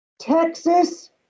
Texas